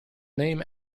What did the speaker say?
name